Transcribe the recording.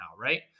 Right